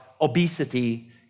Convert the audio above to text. obesity